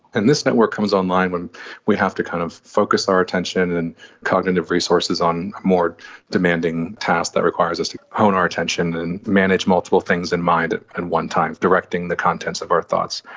and this network comes online when we have to kind of focus our attention and cognitive resources on more demanding tasks that require us to hone our attention and manage multiple things in mind at and one time, directing the contents of our thoughts.